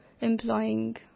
employing